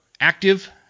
active